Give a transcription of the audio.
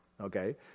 Okay